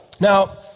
Now